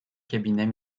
cabinet